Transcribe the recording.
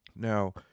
Now